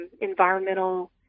environmental